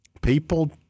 People